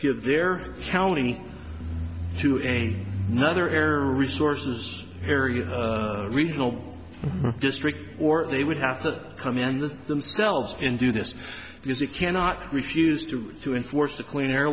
give their county to a nother air resources area regional district or they would have to come in with themselves and do this because it cannot refused to enforce the clean air